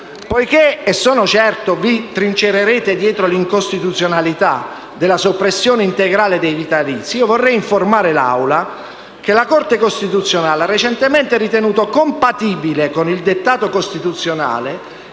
Poiché - ne sono certo - vi trincererete dietro l'incostituzionalità della soppressione integrale dei vitalizi, vorrei informare l'Aula che la Corte costituzionale ha recentemente ritenuto compatibile con il dettato costituzionale